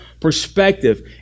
perspective